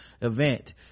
event